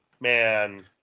Man